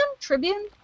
Tribune